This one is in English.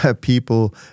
people